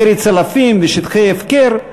ירי צלפים ושטחי הפקר,